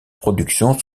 productions